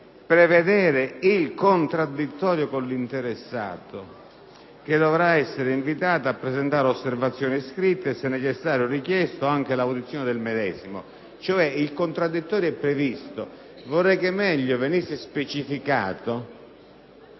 prevedere il contraddittorio con l'interessato, che dovrà essere invitato a presentare osservazioni scritte e, se necessario o richiesto, anche l'audizione del medesimo». Dunque, dal momento che il contraddittorio è previsto, vorrei che venisse meglio specificato